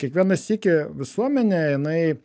kiekvieną sykį visuomenė jinai